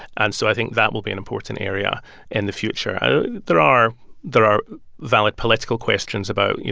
and so i think that will be an important area in the future there are there are valid political questions about, you